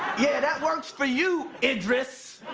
yeah, that works for you, idris.